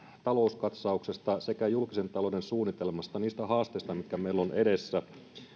talouskatsauksesta sekä julkisen talouden suunnitelmasta niitä haasteita mitkä meillä on edessä